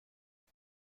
شما